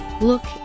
look